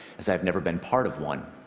as i've never been part of one.